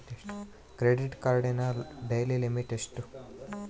Credit ಕಾರ್ಡಿನ daily limit ಎಷ್ಟು?